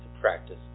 practice